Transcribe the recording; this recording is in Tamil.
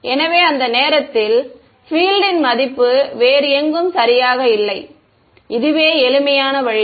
எனவே அந்த நேரத்தில் ஃ பில்ட்ன் மதிப்பு வேறு எங்கும் சரியாக இல்லை இதுவே எளிமையான வழி